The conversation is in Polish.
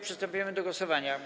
Przystępujemy do głosowania.